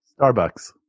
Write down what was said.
Starbucks